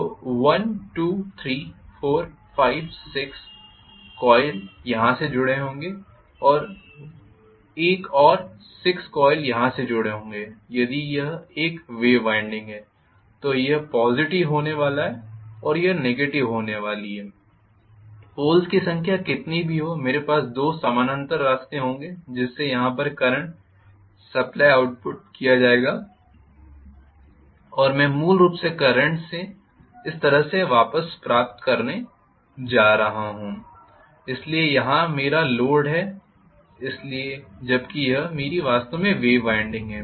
तो 1 2 3 4 5 6 कॉइल यहां से जुड़े होंगे एक और 6 कॉइल यहां से जुड़े होंगे यदि यह एक वेव वाइंडिंग है तो यह पॉज़िटिव होने वाला है और यह नेगेटिव होने वाली है पोल्स की संख्या कितनी भी हो मेरे पास दो समानांतर रास्ते होंगे जिससे यहां पर करंट सप्लाई आउटपुट किया जा सकेगा और मैं मूल रूप से करंट इस तरह से वापस प्राप्त करने जा रहा हूं इसलिए यहां मेरा लोड है इसलिए यह वास्तव में मेरी वेव वाइंडिंग है